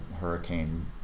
hurricane